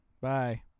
Bye